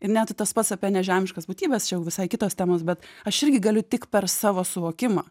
ir net tas pats apie nežemiškas būtybes čia jau visai kitos temos bet aš irgi galiu tik per savo suvokimą